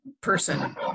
person